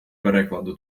перекладу